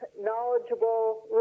knowledgeable